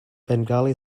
bengali